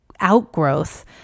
outgrowth